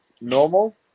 normal